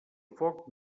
foc